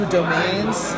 domains